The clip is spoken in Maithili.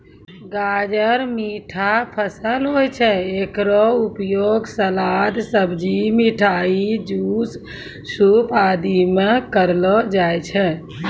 गाजर मीठा फसल होय छै, हेकरो उपयोग सलाद, सब्जी, मिठाई, जूस, सूप आदि मॅ करलो जाय छै